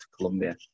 Colombia